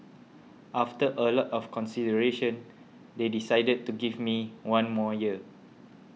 after a lot of consideration they decided to give me one more year